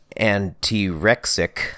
antirexic